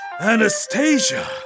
Anastasia